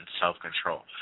self-control